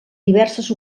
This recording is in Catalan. diverses